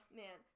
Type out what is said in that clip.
man